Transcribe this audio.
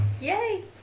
Yay